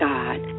God